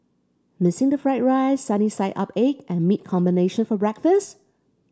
missing the fried rice sunny side up egg and meat combination for breakfast